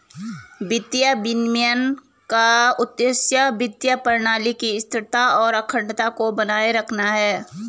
वित्तीय विनियमन का उद्देश्य वित्तीय प्रणाली की स्थिरता और अखंडता को बनाए रखना है